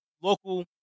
Local